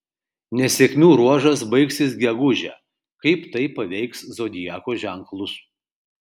nesėkmių ruožas baigsis gegužę kaip tai paveiks zodiako ženklus